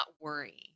worry